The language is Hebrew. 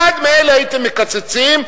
אחד מאלה הייתם מקצצים,